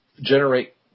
generate